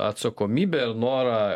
atsakomybę ir norą